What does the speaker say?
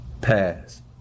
Pass